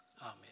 Amen